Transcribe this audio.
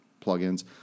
plugins